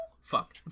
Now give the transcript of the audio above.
Fuck